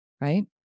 Right